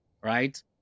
right